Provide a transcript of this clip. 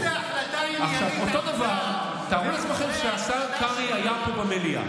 איזה החלטה עניינית עמדה מאחורי ההחלטה שלך להדליף לאשכנזי?